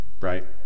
Right